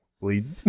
bleed